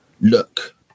look